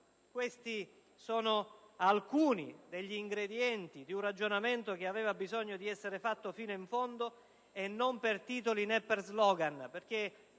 Questi sono alcuni degli ingredienti di un ragionamento che aveva bisogno di essere fatto fino in fondo e non per titoli, né per *slogan*,